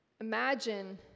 Imagine